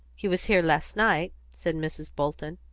he was here last night, said mrs. bolton.